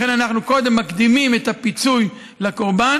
לכן אנחנו קודם מקדימים את הפיצוי לקורבן,